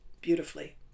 beautifully